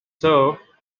served